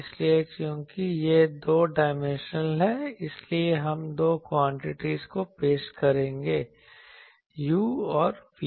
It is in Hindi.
इसलिए चूंकि यह दो डायमेंशनल है इसलिए हम दो क्वांटिटी को पेश करेंगे u और v